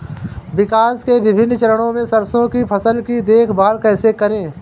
विकास के विभिन्न चरणों में सरसों की फसल की देखभाल कैसे करें?